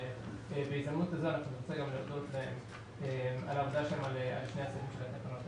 ובהזדמנות זאת נרצה גם להודות על העבודה לייעוץ המשפטי,